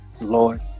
Lord